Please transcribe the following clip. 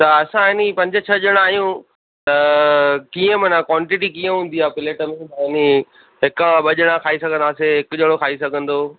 त असां हे नी पंज छह ॼणा आहियूं त कींअ मना कॉन्टिटी कींअ हूंदी आहे प्लेट में अनी हिकु ॿ ॼणा खाई सघंदासीं हिकु ॼणो खाई सघंदो